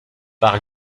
par